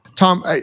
Tom